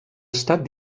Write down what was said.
estat